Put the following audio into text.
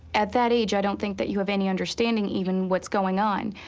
at that age, i don't think that you have any understanding even what's going on.